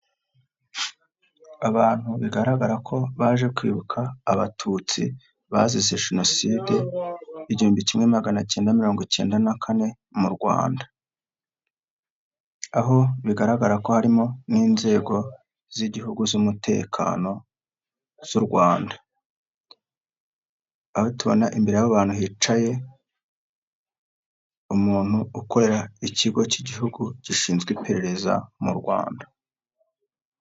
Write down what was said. Abantu bigaragara ko baje kwibuka abatutsi bazize Genoside, 1994 mu Rwanda. Aho bigaragara ko harimo n'inzego z'igihugu z'umutekano zu Rwanda. Aho tubona imbere yabo bantu hicaye umuntu ukorera ikigo cy'igihugu gishizwe iperereza mu Rwanda.